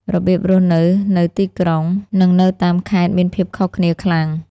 របៀបរស់នៅនៅទីក្រុង និងនៅតាមខេត្តមានភាពខុសគ្នាខ្លាំង។